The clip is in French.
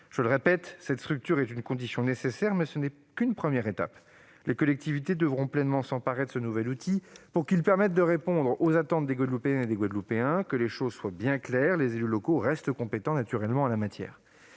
Je le répète, cette structure est une condition nécessaire, mais elle n'est qu'une première étape. Les collectivités devront pleinement s'emparer de ce nouvel outil, pour qu'il puisse réellement répondre aux attentes des Guadeloupéennes et des Guadeloupéens. Que les choses soient claires : les élus locaux restent compétents en la matière.